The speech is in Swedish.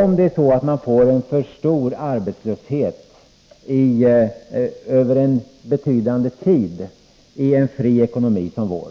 Om man får en för stor arbetslöshet över en betydande tidi en fri ekonomi som vår